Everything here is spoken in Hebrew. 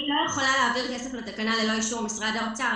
אני לא יכולה להעביר כסף לתקנה ללא אישור משרד האוצר.